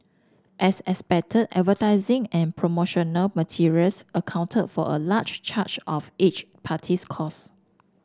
as expected advertising and promotional materials accounted for a large charge of each party's costs